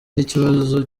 n’ikibazo